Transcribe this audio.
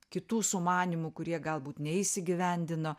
kitų sumanymų kurie galbūt neįsigyvendino